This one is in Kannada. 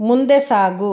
ಮುಂದೆ ಸಾಗು